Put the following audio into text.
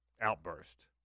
outburst